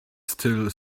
still